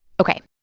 ok,